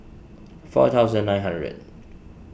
four thousand nine hundred